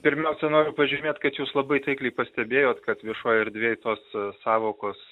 pirmiausia noriu pažymėt kad jūs labai taikliai pastebėjot kad viešoj erdvėj tos sąvokos